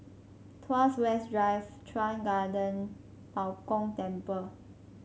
Tuas West Drive Chuan Garden Bao Gong Temple